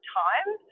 time